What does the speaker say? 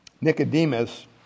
Nicodemus